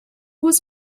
was